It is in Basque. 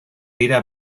dira